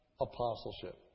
apostleship